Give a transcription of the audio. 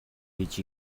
гэж